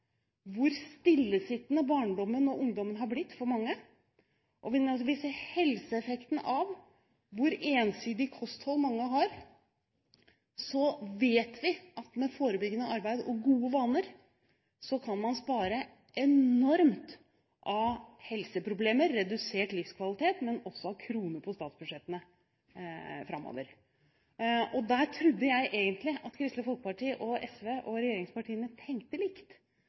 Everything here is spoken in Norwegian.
hvor stillesittende barndommen og ungdommen har blitt for mange, og helseeffekten av det ensidige kostholdet mange har, vil vi med forebyggende arbeid og med gode vaner kunne spare enormt når det gjelder helseproblemer, redusert livskvalitet, men også av kroner på statsbudsjettene framover. Der trodde jeg egentlig at Kristelig Folkeparti, SV og regjeringspartiene tenkte likt,